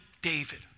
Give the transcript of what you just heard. David